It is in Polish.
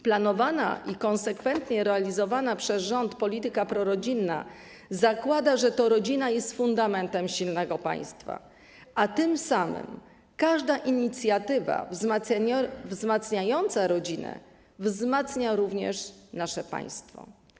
Planowana i konsekwentnie realizowana przez rząd polityka prorodzinna zakłada, że to rodzina jest fundamentem silnego państwa, a tym samym każda inicjatywa wzmacniająca rodzinę wzmacnia również nasze państwo.